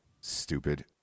stupid